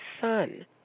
son